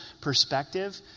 perspective